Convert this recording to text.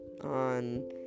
on